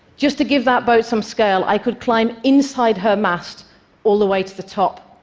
just to give that boat some scale, i could climb inside her mast all the way to the top.